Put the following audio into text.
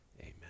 amen